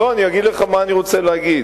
לא, אני אגיד לך מה אני רוצה להגיד.